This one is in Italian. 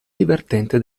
divertente